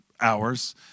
hours